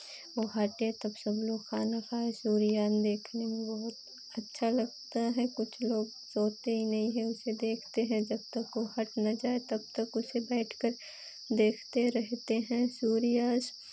वो हटे तब सब लोग खाना खाएं सूर्यग्रहण देखने में बहुत अच्छा लगता है कुछ लोग सोते ही नहीं हैं उसे देखते हैं जब तक वो हट ना जाए तब तक उसे बैठकर देखते रहते हैं सूर्यास्त